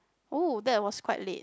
oh that was quite late